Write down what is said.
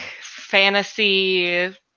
fantasy